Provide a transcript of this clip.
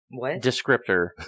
descriptor